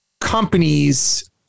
companies